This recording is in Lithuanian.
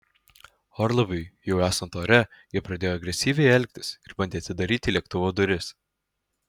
orlaiviui jau esant ore ji pradėjo agresyviai elgtis ir bandė atidaryti lėktuvo duris